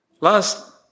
Last